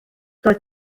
doedd